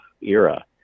era